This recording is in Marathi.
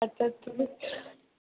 आता